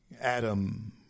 Adam